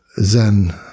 Zen